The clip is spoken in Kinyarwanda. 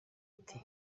ati